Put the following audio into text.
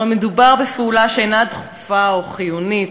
הרי מדובר בפעולה שאינה דחופה או חיונית.